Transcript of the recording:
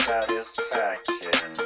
Satisfaction